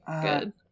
Good